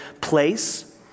place